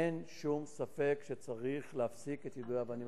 אין שום ספק שצריך להפסיק את יידוי האבנים,